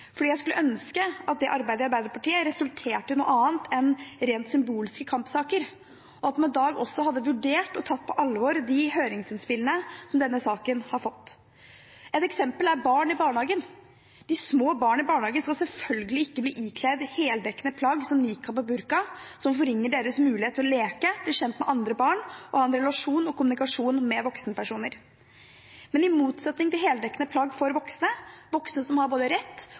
jeg skulle ønske at det arbeidet i Arbeiderpartiet resulterte i noe annet enn rent symbolske kampsaker, og at man i dag også hadde vurdert og tatt på alvor de høringsinnspillene denne saken har fått. Et eksempel er barn i barnehagen: De små barna i barnehagen skal selvfølgelig ikke bli ikledd heldekkende plagg som nikab og burka, som forringer deres mulighet til å leke, bli kjent med andre barn og ha en relasjon og kommunikasjon med voksenpersoner. Men i motsetning til bruk av heldekkende plagg for voksne – voksne som har både rett